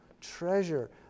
treasure